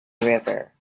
river